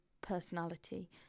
personality